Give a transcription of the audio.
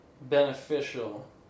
beneficial